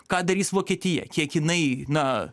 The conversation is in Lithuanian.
ką darys vokietija kiek jinai na